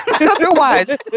Otherwise